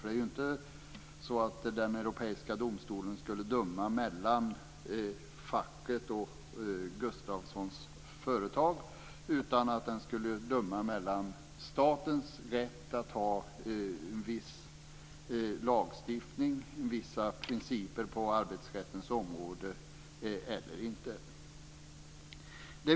Det är inte så att Europadomstolen skulle döma mellan facket och Gustafssons företag. Den skulle döma om statens rätt att ha en viss lagstiftning och vissa principer på arbetsrättens område eller inte.